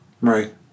Right